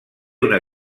una